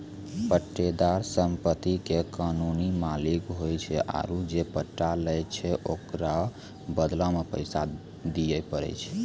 पट्टेदार सम्पति के कानूनी मालिक होय छै आरु जे पट्टा लै छै ओकरो बदला मे पैसा दिये पड़ै छै